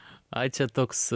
ai čia toks